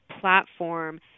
platform